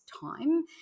time